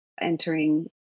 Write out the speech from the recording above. entering